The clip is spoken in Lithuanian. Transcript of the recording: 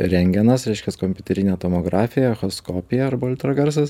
rentgenas reiškias kompiuterinė tomografija echoskopija arba ultragarsas